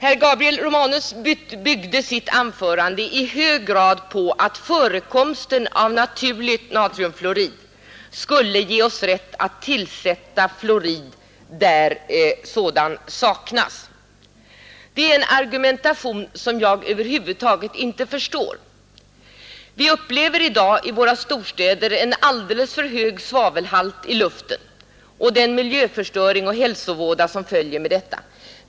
Herr Romanus byggde sitt anförande i hög grad på att förekomsten av naturlig natriumfluorid skulle ge oss rätt att tillsätta fluorid där sådan saknas. Det är en argumentation som jag över huvud taget inte förstår. Vi upplever i dag i våra storstäder en alldeles för hög svavelhalt i luften och den miljöförstöring och hälsovåda som följer därav.